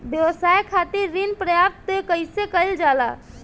व्यवसाय खातिर ऋण प्राप्त कइसे कइल जाला?